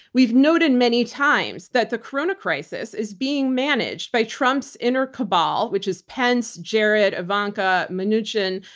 we've noted many times that the corona crisis is being managed by trump's inner cabal, which is pence, jared, ivanka, mnuchin,